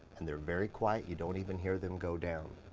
and they're very quiet you don't even hear them go down.